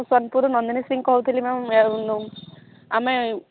ସୋନପୁର୍ ନନ୍ଦିନୀ ସିଙ୍ଗ୍ କହୁଥିଲି ମ୍ୟାମ୍ ଆମେ